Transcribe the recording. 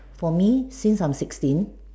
for me since I'm sixteen